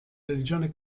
religione